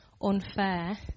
unfair